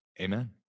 Amen